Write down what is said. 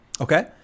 Okay